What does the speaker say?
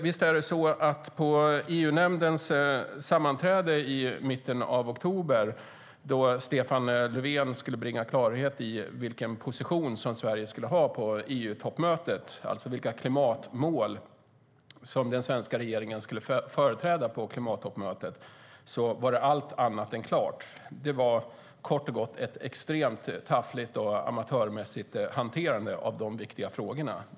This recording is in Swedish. Vid EU-nämndens sammanträde i mitten av oktober, då Stefan Löfven skulle bringa klarhet i vilken position Sverige skulle ha på EU-toppmötet, alltså vilka klimatmål den svenska regeringen skulle företräda på klimattoppmötet, var det allt annat än tydligt. Det var kort och gott ett extremt taffligt och amatörmässigt hanterande av de viktiga frågorna.